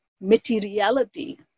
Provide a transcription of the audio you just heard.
materiality